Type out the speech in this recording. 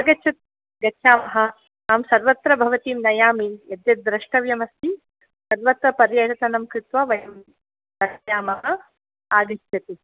आगच्छतु गच्छावः अहं सर्वत्र भवतीं नयामि यद्यद् द्रष्टव्यमस्ति सर्वत्र पर्यटनं कृत्वा वयं गच्छामः आगच्छतु